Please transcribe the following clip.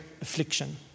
affliction